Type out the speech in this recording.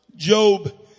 Job